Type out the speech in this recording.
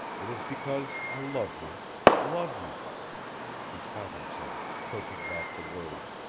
it is because i love you love you he caught himself, choking back the words,